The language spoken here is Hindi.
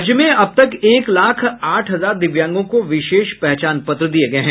राज्य में अब तक एक लाख आठ हजार दिव्यांगों को विशेष पहचान पत्र दिये गये हैं